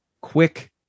quick